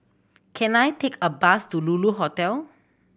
can I take a bus to Lulu Hotel